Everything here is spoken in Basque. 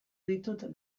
ditut